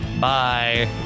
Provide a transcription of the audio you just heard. Bye